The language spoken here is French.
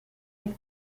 êtes